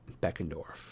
Beckendorf